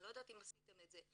אני לא יודעת אם עשיתם את זה.